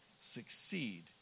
succeed